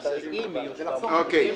--- אוקיי.